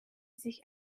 sich